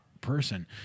person